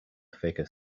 figure